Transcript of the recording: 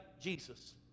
Jesus